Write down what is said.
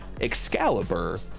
Excalibur